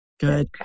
Good